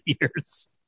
years